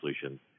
solutions